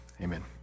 Amen